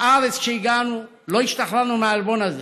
בארץ, כשהגענו, לא השתחררנו מהעלבון הזה.